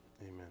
Amen